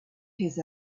his